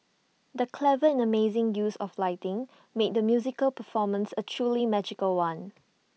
the clever and amazing use of lighting made the musical performance A truly magical one